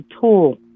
tool